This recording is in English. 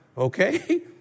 Okay